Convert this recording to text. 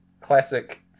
Classic